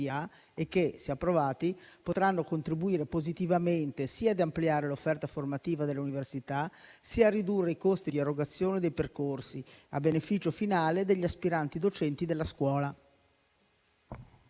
e che, se approvati, potranno contribuire positivamente, sia ad ampliare l'offerta formativa dell'università, sia a ridurre i costi di erogazione dei percorsi, a beneficio finale degli aspiranti docenti della scuola.